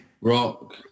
Rock